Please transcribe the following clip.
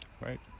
right